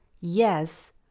Yes